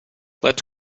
let’s